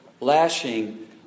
lashing